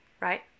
right